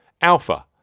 Alpha